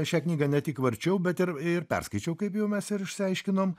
šią knygą ne tik varčiau bet ir ir perskaičiau kaip jau mes ir išsiaiškinom